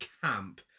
camp